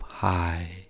high